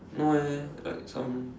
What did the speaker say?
no eh like some